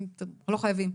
אתם לא חייבים.